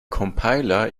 compiler